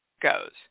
goes